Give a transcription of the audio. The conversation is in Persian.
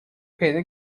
پیدا